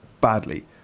badly